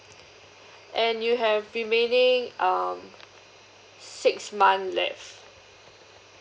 and you have remaining um six months left